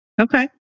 okay